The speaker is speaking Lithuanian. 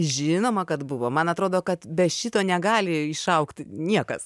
žinoma kad buvo man atrodo kad be šito negali išaugt niekas